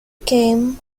game